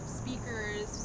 speakers